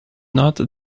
not